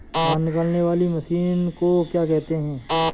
धान निकालने वाली मशीन को क्या कहते हैं?